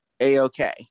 AOK